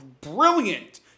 brilliant